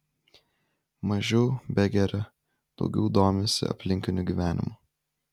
mažiau begeria daugiau domisi aplinkiniu gyvenimu